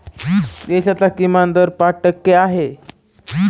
देशाचा किमान कर दर पाच टक्के आहे